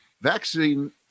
vaccine